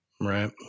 Right